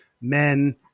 men